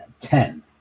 ten